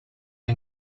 que